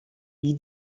wie